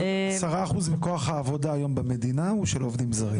10% מכוח העבודה היום במדינה, הוא של עובדים זרים?